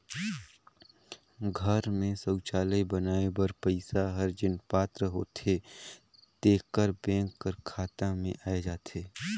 घर में सउचालय बनाए बर पइसा हर जेन पात्र होथे तेकर बेंक कर खाता में आए जाथे